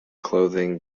clothing